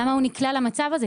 למה הוא נקלע למצב הזה?